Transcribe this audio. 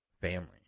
family